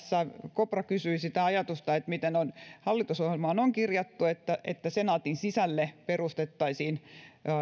kopra kysyi sitä ajatusta miten on hallitusohjelmaan on kirjattu että että senaatin sisälle perustettaisiin